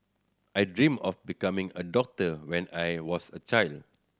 I dreamt of becoming a doctor when I was a child